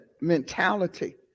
mentality